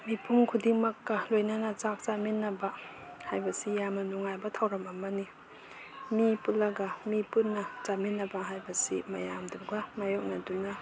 ꯃꯤꯄꯨꯝ ꯈꯨꯗꯤꯡꯃꯛꯀ ꯂꯣꯏꯅꯅ ꯆꯥꯛ ꯆꯥꯃꯤꯟꯅꯕ ꯍꯥꯏꯕꯁꯤ ꯌꯥꯝꯅ ꯅꯨꯡꯉꯥꯏꯕ ꯊꯧꯔꯝ ꯑꯃꯅꯤ ꯃꯤ ꯄꯨꯜꯂꯒ ꯃꯤ ꯄꯨꯟꯅ ꯆꯥꯃꯤꯟꯅꯕ ꯍꯥꯏꯕꯁꯤ ꯃꯌꯥꯝꯗꯨꯒ ꯃꯥꯏꯌꯣꯛꯅꯗꯨꯅ